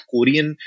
Korean